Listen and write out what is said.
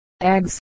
eggs